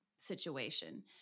situation